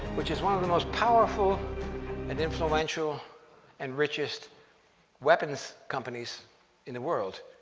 which is one of the most powerful and influential and richest weapons companies in the world.